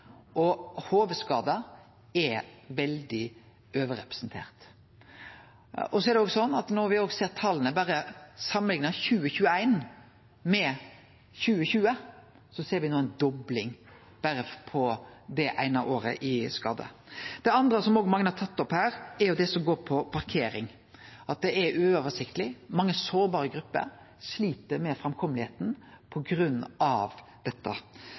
er veldig overrepresenterte. Når me no ser på tala og berre samanliknar 2021 med 2020, ser me ei dobling i talet på skader berre på det eine året. Det andre, som mange har tatt opp her, er det som går på parkering, at det er uoversiktleg, og at mange sårbare grupper slit med framkomsten på grunn av dette.